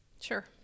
Sure